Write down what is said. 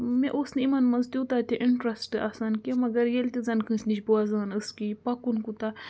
مےٚ اوس نہٕ یِمَن منٛز تیوٗتاہ تہِ اِنٹرٛسٹ آسان کیٚنٛہہ مگر ییٚلہِ تہِ زَن کٲنٛسہِ نِش بوزان ٲس کہِ یہِ پَکُن کوٗتاہ